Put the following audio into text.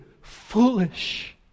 foolish